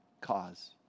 cause